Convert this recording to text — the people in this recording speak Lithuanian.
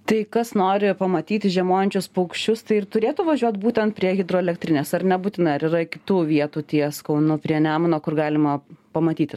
tai kas nori pamatyti žiemojančius paukščius tai ir turėtų važiuot būtent prie hidroelektrinės ar nebūtinai ar yra kitų vietų ties kaunu prie nemuno kur galima pamatyti